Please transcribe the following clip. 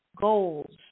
goals